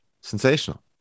Sensational